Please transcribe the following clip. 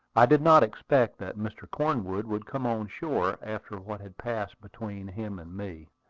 i did not expect that mr. cornwood would come on shore after what had passed between him and me,